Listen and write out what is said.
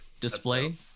display